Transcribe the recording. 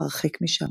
הרחק משם.